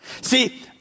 See